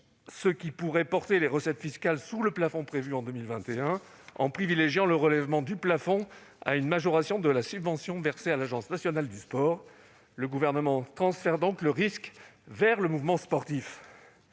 ce qui pourrait porter les recettes fiscales sous le plafond prévu en 2021. En privilégiant le relèvement du plafond à une majoration de la subvention versée à l'Agence nationale du sport, le Gouvernement transfère donc le risque vers le mouvement sportif.